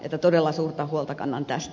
että todella suurta huolta kannan tästä